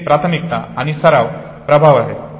जेथे प्राथमिकता आणि सराव प्रभाव आहे